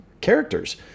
characters